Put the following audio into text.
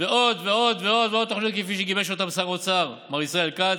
ועוד ועוד ועוד תכניות כפי שגיבש אותן שר האוצר מר ישראל כץ.